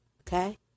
okay